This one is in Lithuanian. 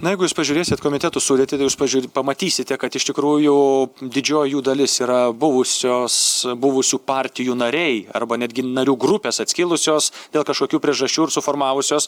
na jeigu jūs pažiūrėsit komitetų sudėtį tai jūs pažiū pamatysite kad iš tikrųjų didžioji jų dalis yra buvusios buvusių partijų nariai arba netgi narių grupės atskilusios dėl kažkokių priežasčių ir suformavusios